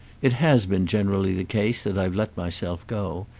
it has been generally the case that i've let myself go.